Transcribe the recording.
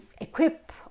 equip